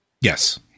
Yes